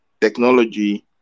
technology